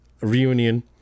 Reunion